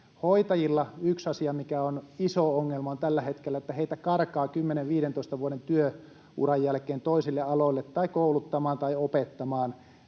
Hoitajilla yksi asia, mikä on iso ongelma, on tällä hetkellä se, että heitä karkaa 10—15 vuoden työuran jälkeen toisille aloille tai kouluttamaan tai opettamaan